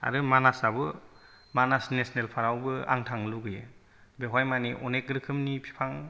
आरो मानासआबो मानास नेशनेल पार्कआवबो आं थांनो लुगोयै बेवहाय माने अनेक रोखोमनि फिफां